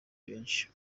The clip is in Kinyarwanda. benshi